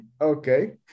okay